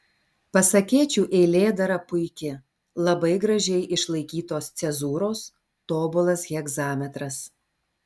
pasakėčių eilėdara puiki labai gražiai išlaikytos cezūros tobulas hegzametras